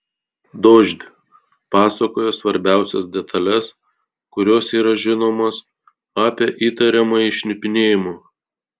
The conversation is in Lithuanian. dožd pasakoja svarbiausias detales kurios yra žinomos apie įtariamąjį šnipinėjimu